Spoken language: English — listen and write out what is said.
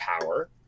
power